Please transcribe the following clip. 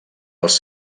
als